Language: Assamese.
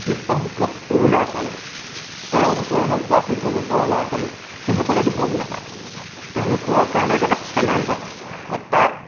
যিসকল মোতকৈ সৰু ল'ৰা ছোৱালী তেৰ বছৰে হওক বা চৈধ্য বছৰৰ ল'ৰা ছোৱালী সেইসকলেতো গম নেপায় তেওঁলোকৰ কাৰণে এইটো এটা চেলেঞ্জ হয় এটা